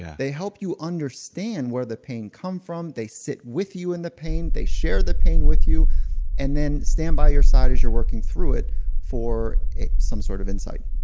yeah they help you understand where the pain come from. they sit with you in the pain. they share the pain with you and then stand by your side as you're working through it for some sort of insight.